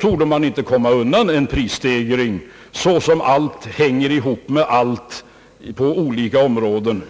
torde man inte komma undan en viss prisstegring, eftersom allt hänger ihop på olika områden.